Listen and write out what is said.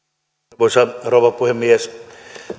arvoisa rouva puhemies